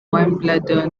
wimbledon